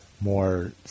more